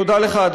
תודה לך.